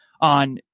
on